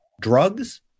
drugs